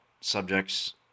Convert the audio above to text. subjects